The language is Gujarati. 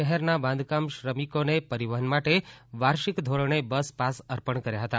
શહેરના બાંધકામ શ્રમિકોને પરિવહન માટે વાર્ષિક ધોરણે બસ પાસ અર્પણ કર્યા હતા